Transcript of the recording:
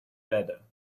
better